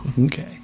Okay